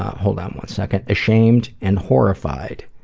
hold on one second, ashamed and horrified.